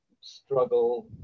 struggle